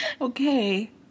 Okay